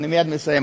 אני מייד מסיים,